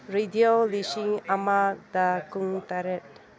radio ꯂꯤꯁꯤꯡ ꯑꯃꯒ ꯀꯨꯟꯇꯔꯦꯠ